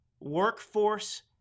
workforce